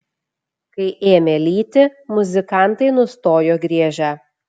kai ėmė lyti muzikantai nustojo griežę